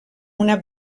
una